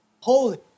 Holy